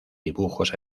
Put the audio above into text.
dibujos